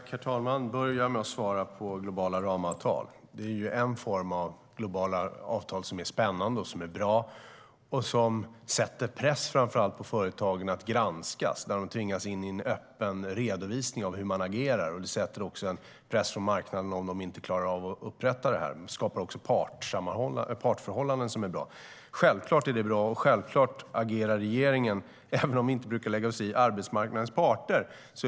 Herr talman! Jag börjar med att svara på frågan om globala ramavtal. Det är en form av globala avtal som är spännande och bra. De sätter framför allt press på företagen att granskas. De tvingas in i en öppen redovisning av hur de agerar. Det sätter också en press från marknaden om de inte klarar av att upprätta det. Det skapar också partförhållanden som är bra. Det är självklart bra, och självklart agerar regeringen även om vi inte brukar lägga oss i vad arbetsmarknadens parter gör.